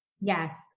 Yes